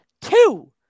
two